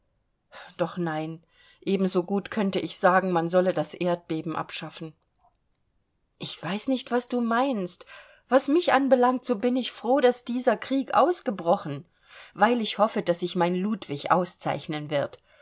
doch nein ebensogut könnte ich sagen man solle das erdbeben abschaffen ich weiß nicht was du meinst was mich anbelangt so bin ich froh daß dieser krieg ausgebrochen weil ich hoffe daß sich mein ludwig auszeichnen wird